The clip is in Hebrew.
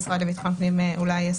אולי המשרד לביטחון פנים יסביר.